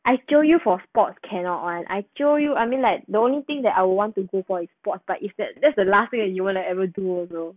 I jio you for sports cannot [one] I jio you I mean like the only thing that I would want to go for is sports but it's that that's the last thing you ever want to do also